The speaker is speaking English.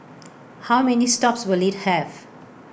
how many stops will IT have